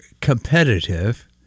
competitive